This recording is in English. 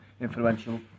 influential